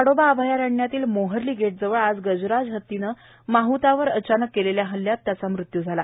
ताडोबा अभयारण्यातील मोहर्ली गेटजवळ आज गजराज हतीने महावतावर अचानक केलेल्या हल्ल्यात महावताचा मृत्यू झाला